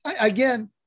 Again